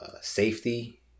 safety